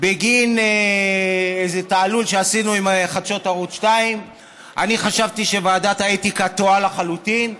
בגין איזה תעלול שעשינו עם חדשות ערוץ 2. אני חשבתי שוועדת האתיקה טועה לחלוטין,